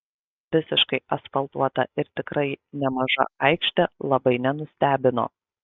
visiškai asfaltuota ir tikrai nemaža aikštė labai nenustebino